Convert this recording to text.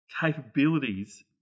capabilities